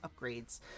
upgrades